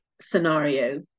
scenario